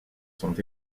sont